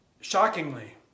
shockingly